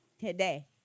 today